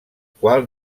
qual